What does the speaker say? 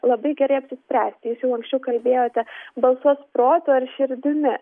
labai gerai apsispręsti jūs jau anksčiau kalbėjote balsuos protu ar širdimi